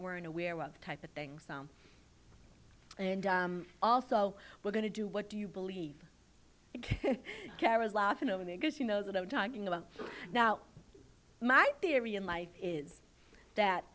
weren't aware of the type of things and also we're going to do what do you believe carol's laughing over there because you know that i'm talking about now my theory in life is that